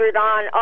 on